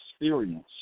experience